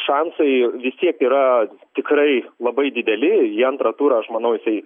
šansai vis tiek yra tikrai labai dideli į antrą turą aš manau jisai